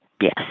yes